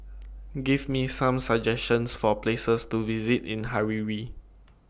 Give Me Some suggestions For Places to visit in Harare